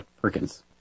Perkins